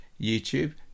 YouTube